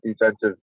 defensive